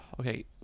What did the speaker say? Okay